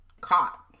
caught